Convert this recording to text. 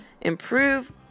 improve